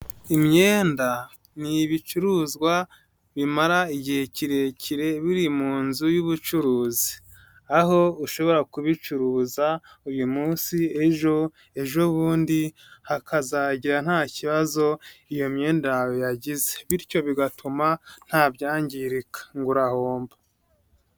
Imyenda ni ibicuruzwa bimara igihe kirekire biri mu nzu y'ubucuruzi, aho ushobora kubicuruza uyu munsi, ejo, ejobundi hakazagera nta kibazo iyo myenda yawe yagize, bityo bigatuma nta byangirika ngo urahomba.